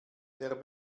der